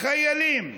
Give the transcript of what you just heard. חיילים,